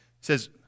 says